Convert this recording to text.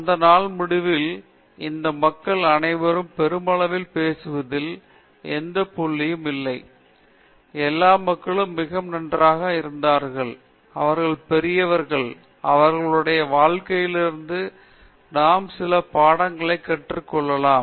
அந்த நாள் முடிவில் இந்த மக்கள் அனைவரும் பெருமளவில் பேசுவதில் எந்தப் புள்ளியும் இல்லை எல்லா மக்களும் மிக நன்றாக இருந்தார்கள் அவர்கள் பெரியவர்கள் அவர்களுடைய வாழ்க்கையிலிருந்து நாம் சில பாடங்களை கற்றுக்கொள்ளலாமா